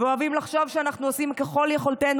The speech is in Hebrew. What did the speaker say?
ואוהבים לחשוב שאנחנו עושים ככל יכולתנו